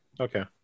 Okay